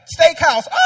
Steakhouse